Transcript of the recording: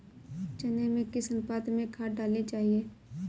चने में किस अनुपात में खाद डालनी चाहिए?